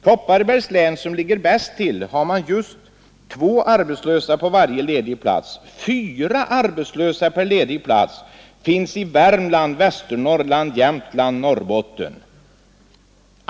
Kopparbergs län, som ligger bäst till, har två arbetslösa per varje ledig plats. Fyra arbetslösa per ledig plats finns i Värmland, Västernorrland, Jämtland och Norrbotten.